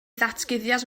ddatguddiad